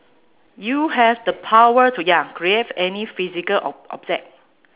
you have the power to ya create any physical ob~ object